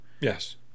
yes